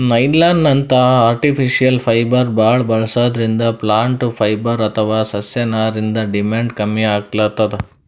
ನೈಲಾನ್ನಂಥ artificial fibre ಭಾಳ್ ಬಳಸದ್ರಿಂದ plant fibre ಅಥವಾ ಸಸ್ಯನಾರಿಂದ್ ಡಿಮ್ಯಾಂಡ್ ಕಮ್ಮಿ ಆಗ್ಲತದ್